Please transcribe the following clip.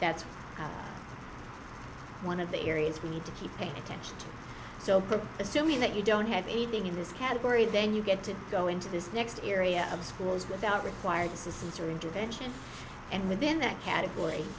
that's one of the areas we need to keep paying attention to so assuming that you don't have anything in this category then you get to go into this next area of schools without required assistance or intervention and within that category